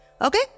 Okay